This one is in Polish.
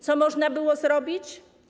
Co można było zrobić?